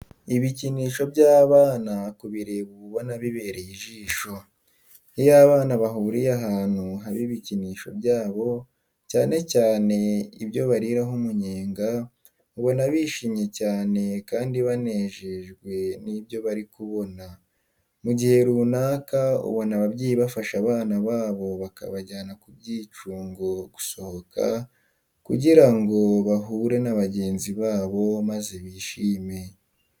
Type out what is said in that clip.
Ibikinisho by'abana kubireba uba ubona bibereye ijisho. Iyo abana bahuriye ahantu haba ibikinisho byabo, cyane cyane ibyo bariraho umunyenga, ubona bishimye cyane kandi banejejwe n'ibyo bari kubona. Mu gihe runaka ubona ababyeyi bafashe abana babo bakabajyana ku byicyungo gusohoka kugira ngo bahure na bagenzi babo maze bishime.